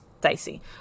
dicey